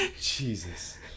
Jesus